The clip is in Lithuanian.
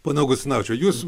pone augustinavičiau jūs